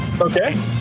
Okay